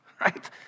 right